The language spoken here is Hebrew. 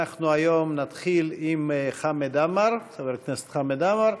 אנחנו היום נתחיל עם חבר הכנסת חמד עמאר,